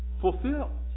fulfilled